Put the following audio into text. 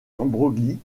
broglie